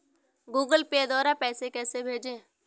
Google Pay द्वारा पैसे कैसे भेजें?